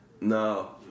No